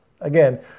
again